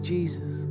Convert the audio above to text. Jesus